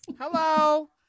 Hello